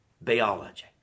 biology